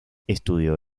estudió